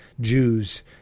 Jews